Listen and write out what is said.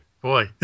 Boy